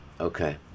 Okay